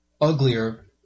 uglier